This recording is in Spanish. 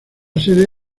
sede